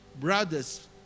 brothers